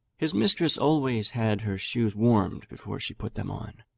his mistress always had her shoes warmed before she put them on,